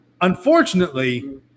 Unfortunately